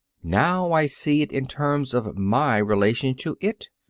now i see it in terms of my relation to it.